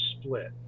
split